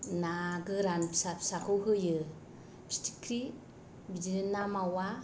ना गोरान फिसा फिसाखौ होयो फिथिख्रि बिदिनो ना मावा